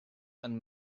and